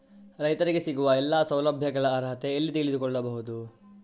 ರೈತರಿಗೆ ಸಿಗುವ ಎಲ್ಲಾ ಸೌಲಭ್ಯಗಳ ಅರ್ಹತೆ ಎಲ್ಲಿ ತಿಳಿದುಕೊಳ್ಳಬಹುದು?